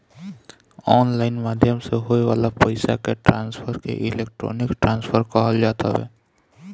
online माध्यम से होए वाला पईसा के ट्रांसफर के इलेक्ट्रोनिक ट्रांसफ़र कहल जात हवे